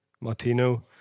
Martino